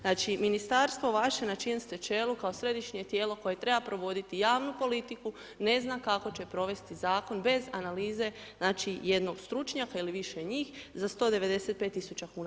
Znači ministarstvo vaše na čijem ste čelu, kao središnje tijelo, koje treba provoditi javnu politiku ne zna kako će provesti zakon, bez analize jednog stručnjaka ili više njih, za 195 tisuća kn.